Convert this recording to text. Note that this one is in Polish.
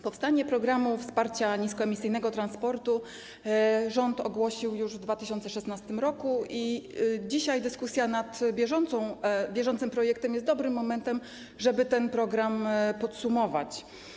Powstanie programu wsparcia niskoemisyjnego transportu rząd ogłosił już w 2016 r. i dzisiejsza dyskusja nad bieżącym projektem jest dobrym momentem, żeby ten program podsumować.